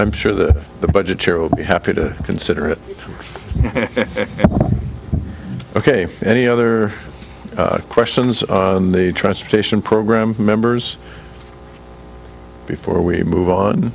i'm sure the budget happy to consider it ok any other questions on the transportation program members before we move on